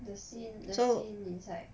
the scene the scene inside